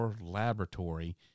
Laboratory